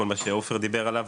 כל מה שעופר דיבר עליו,